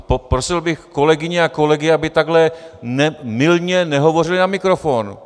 Prosil bych kolegyně a kolegy, aby takhle mylně nehovořili na mikrofon.